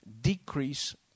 decrease